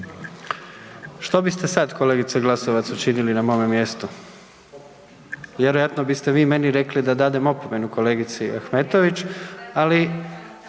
Što biste sad kolegice Glasovac, učinili na mome mjestu? Vjerojatno biste vi meni rekli da dadem opomenu kolegici Ahmetović ali